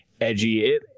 edgy